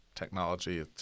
technology